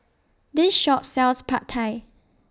This Shop sells Pad Thai